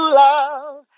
love